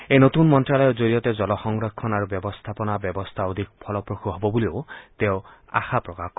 এই নতুন মন্নালয়ৰ জৰিয়তে জল সংৰক্ষণ আৰু ব্যৱস্থাপনা ব্যৱস্থা অধিক ফলপ্ৰসূ হ'ব বুলিও তেওঁ আশা প্ৰকাশ কৰে